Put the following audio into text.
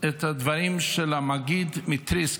את הדברים של המגיד מטריסק,